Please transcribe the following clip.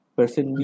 person